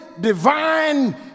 divine